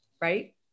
right